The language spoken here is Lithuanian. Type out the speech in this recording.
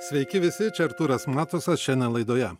sveiki visi artūras matusas šiandien laidoje